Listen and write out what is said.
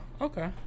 Okay